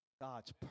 God's